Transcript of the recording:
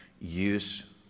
use